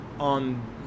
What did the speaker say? on